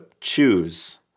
choose